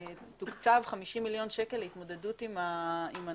תוקצבו 50 מיליון שקלים להתמודדות עם הנושא.